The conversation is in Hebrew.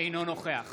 אינו נוכח